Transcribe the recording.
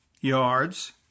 yards